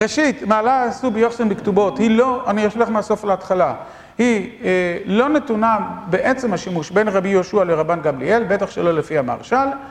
ראשית, מה לא עשו ביוחסין בכתובות, היא לא, אני אשלח מהסוף להתחלה, היא לא נתונה בעצם השימוש בין רבי יהושע לרבן גמליאל, בטח שלא לפי המהרש"ל